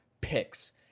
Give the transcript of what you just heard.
Picks